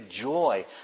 joy